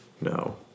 No